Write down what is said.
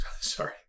sorry